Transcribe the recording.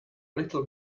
little